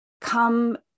come